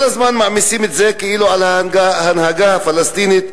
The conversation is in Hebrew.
כל הזמן מעמיסים את זה כאילו על ההנהגה הפלסטינית,